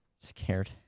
Scared